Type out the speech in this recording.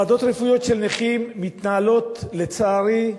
ועדות רפואיות של נכים מתנהלות, לצערי,